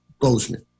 Bozeman